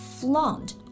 Flaunt